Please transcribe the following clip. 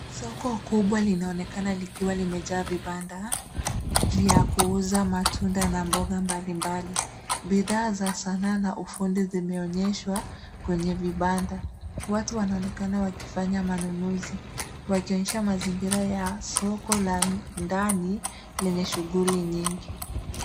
Soko kubwa linaonekana likiwa limejaa vibanda vya kuuza matunda na mboga mbalimbali. Bidhaa za sanaa na ufundi zimeonyeshwa kwenye vibanda. Watu wanaonekana wakifanya manunuzi, wakionyesha mazingira ya soko la ndani lenye shughuli nyingi.